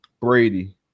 Brady